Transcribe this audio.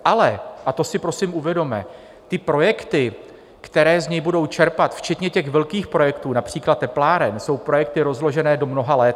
Ale, a to si prosím uvědomme, ty projekty, které z něj budou čerpat, včetně velkých projektů, například tepláren, jsou projekty rozložené do mnoha let.